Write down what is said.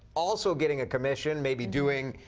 also getting a commission, maybe doing,